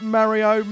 Mario